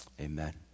Amen